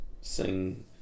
sing